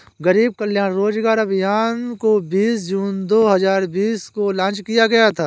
गरीब कल्याण रोजगार अभियान को बीस जून दो हजार बीस को लान्च किया गया था